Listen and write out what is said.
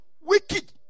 Wicked